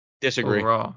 Disagree